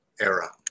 era